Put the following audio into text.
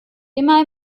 immer